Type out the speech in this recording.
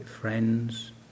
friends